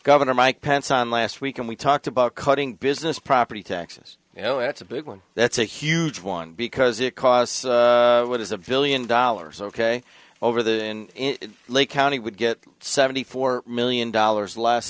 governor mike pence on last week and we talked about cutting business property taxes you know it's a big one that's a huge one because it costs what does a billion dollars ok over the in lake county would get seventy four million dollars l